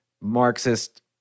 Marxist